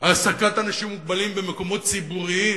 העסקת אנשים מוגבלים במקומות ציבוריים.